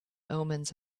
omens